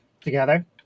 together